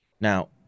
Now